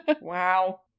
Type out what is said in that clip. wow